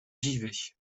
givet